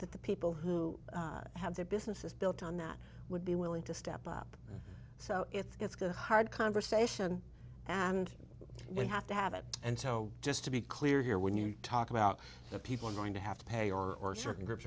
that the people who have their businesses built on that would be willing to step up so it's got a hard conversation and we have to have it and so just to be clear here when you talk about the people i'm going to have to pay or certain groups